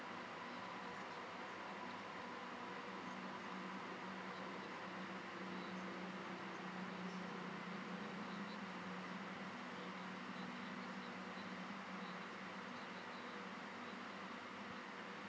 yup